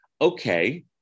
okay